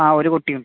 ആ ഒരു കുട്ടിയുണ്ട്